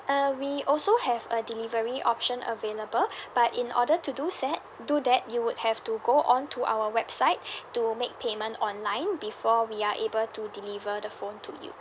uh we also have a delivery option available but in order to do set do that you would have to go on to our website to make payment online before we are able to deliver the phone to you